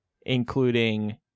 including